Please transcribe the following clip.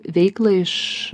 veiklą iš